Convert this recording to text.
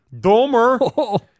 Domer